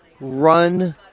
run